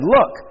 Look